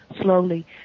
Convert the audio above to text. slowly